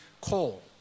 coal